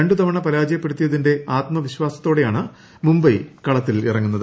രണ്ട് തവണ പരാജയപ്പെടുത്തിയതിന്റെ ആത്മവിശ്വാസത്തൊടെയാണ് മുംബൈ കളത്തിലിറങ്ങുന്നത്